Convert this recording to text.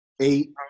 Eight